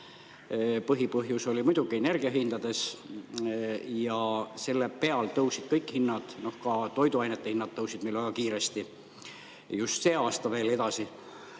Põhipõhjus oli muidugi energiahindades ja selle peal tõusid kõik hinnad, ka toiduainete hinnad tõusid meil väga kiiresti, sel aastal veel edasi.